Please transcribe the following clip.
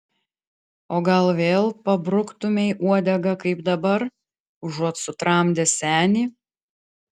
o gal vėl pabruktumei uodegą kaip dabar užuot sutramdęs senį